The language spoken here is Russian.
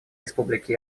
республики